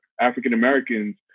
African-Americans